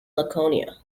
laconia